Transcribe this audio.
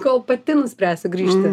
kol pati nuspręsiu grįžti